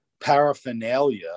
paraphernalia